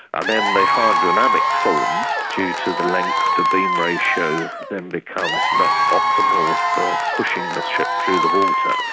ah then the hydrodynamic form, due to the length to beam ratio, then becomes not optimal for pushing the ship through the water.